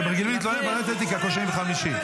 אתם רגילים להתלונן לוועדת אתיקה כל שני וחמישי.